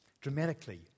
dramatically